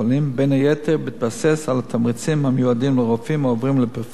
בין היתר בהתבסס על התמריצים המיועדים לרופאים העוברים לפריפריה,